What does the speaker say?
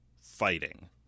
fighting